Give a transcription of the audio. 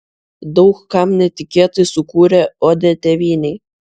daug kam netikėtai sukūrė odę tėvynei